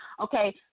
Okay